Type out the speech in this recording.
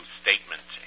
statement